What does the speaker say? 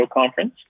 conference